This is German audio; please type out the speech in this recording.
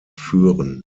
führen